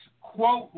quote